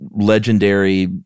legendary